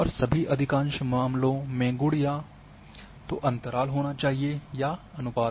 और सभी अधिकांश मामलों में गुण या तो अंतराल होना चाहिए या अनुपात